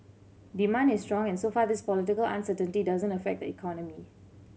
demand is strong and so far this political uncertainty doesn't affect the economy